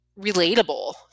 relatable